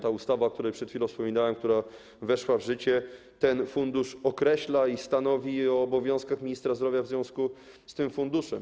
Ta ustawa, o której przed chwilą wspominałem, która weszła w życie, ten fundusz określa i stanowi o obowiązkach ministra zdrowia w związku z tym funduszem.